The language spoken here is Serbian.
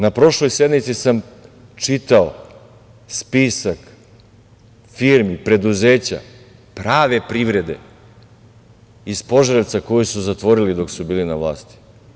Na prošloj sednici sam čitao spisak firmi, preduzeća, prave privrede iz Požarevca koje su zatvorili dok su bili na vlasti.